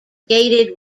gated